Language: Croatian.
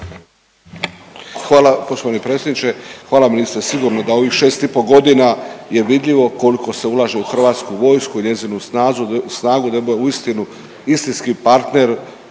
Hvala poštovani predsjedniče, hvala ministre. Sigurno da ovih 6 i pol godina je vidljivo koliko se ulaže u Hrvatsku vojsku i njezinu snagu, da bi bila uistinu istinski partner